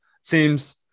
seems